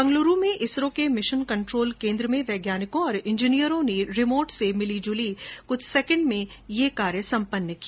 बेंगलूरू में इसरो के mission control केन्द्र में वैज्ञानिकों और इंजीनियरों ने रिमोट से कुछ मिली सेकेण्ड में यह कार्य सम्पन्न किया